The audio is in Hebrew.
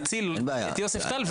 נציל את יוספטל,